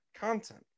content